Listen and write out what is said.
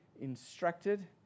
instructed